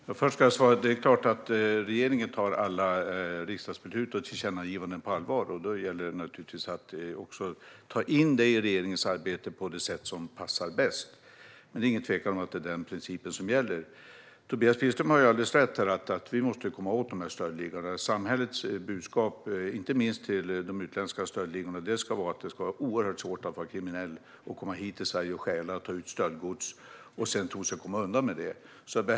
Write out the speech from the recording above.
Fru talman! Först vill jag säga att det är klart att regeringen tar alla riksdagsbeslut och tillkännagivanden på allvar. Det gäller naturligtvis att ta in dem i regeringens arbete på det sätt som passar bäst. Det är ingen tvekan om att det är den principen som gäller. Tobias Billström har alldeles rätt i att vi måste komma åt de här stöldligorna. Samhällets budskap, inte minst till de utländska stöldligorna, ska vara att det ska vara oerhört svårt att vara kriminell, komma hit till Sverige och stjäla, ta ut stöldgods och sedan komma undan med det.